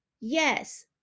yes